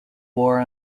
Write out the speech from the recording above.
war